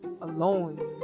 alone